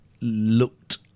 looked